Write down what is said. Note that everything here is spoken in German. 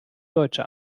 deutsche